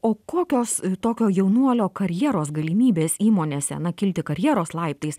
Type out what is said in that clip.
o kokios tokio jaunuolio karjeros galimybės įmonėse na kilti karjeros laiptais